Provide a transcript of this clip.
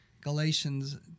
Galatians